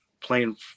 playing